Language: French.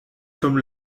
comme